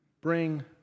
bring